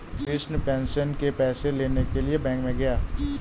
Krishna pension के पैसे लेने के लिए बैंक में गया